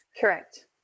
correct